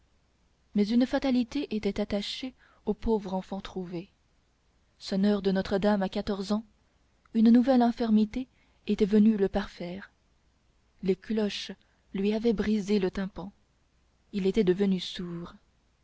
mais une fatalité était attachée au pauvre enfant trouvé sonneur de notre-dame à quatorze ans une nouvelle infirmité était venue le parfaire les cloches lui avaient brisé le tympan il était devenu sourd